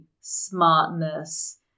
smartness